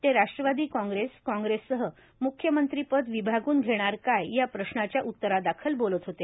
ते राष्ट्रवादी काँग्रेसए काँग्रेस सह मुख्यमंत्रीपद विभागून घेणार कायए या प्रश्नाच्या उत्तरादाखल बोलत होते